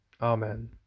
Amen